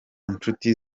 nshuti